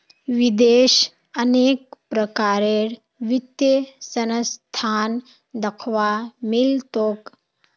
विदेशत अनेक प्रकारेर वित्तीय संस्थान दख्वा मिल तोक